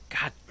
god